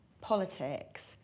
politics